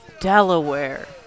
Delaware